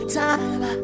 time